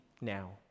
now